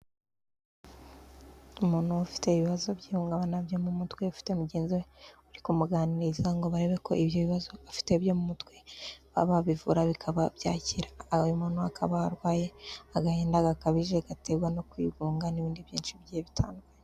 Umuntu ufite ibibazo by'ihungabana byo mu mutwe, ufite mugenzi we uri kumuganiriza ngo barebe ko ibyo bibazo afite byo mu mutwe, baba babivura bikaba byakira, uyu muntu akaba arwaye agahinda gakabije gaterwa no kwigunga n'ibindi byinshi bigiye bitandukanye.